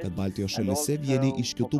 kad baltijos šalyse vieni iš kitų